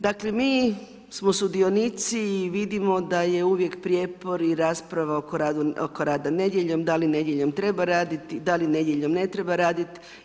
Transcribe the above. Dakle, mi smo sudionici i vidimo da je uvijek prijepor i rasprava oko rada nedjeljom, da li nedjeljom treba raditi, da li nedjeljom ne treba raditi.